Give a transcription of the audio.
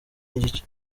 n’igice